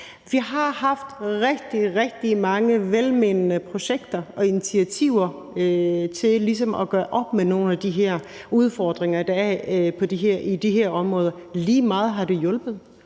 Vi har haft rigtig, rigtig mange velmenende projekter og initiativer til ligesom at gøre op med nogle af de her udfordringer, der er i de her områder, og lige meget har det hjulpet.